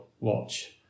watch